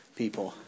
people